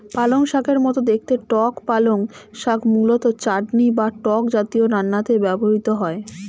পালংশাকের মতো দেখতে টক পালং শাক মূলত চাটনি বা টক জাতীয় রান্নাতে ব্যবহৃত হয়